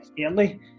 early